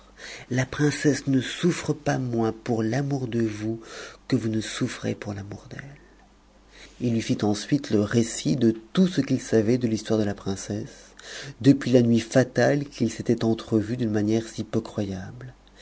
la princesse ne souure pas moins pour l'amour de vous que vous ne souffrez pour l'amour d'elle a j lui fit ensuite le récit de tout ce qu'il savait de l'histoire de la princesse depuis la nuit fatale qu'ils s'étaient entrevus d'une manière si peu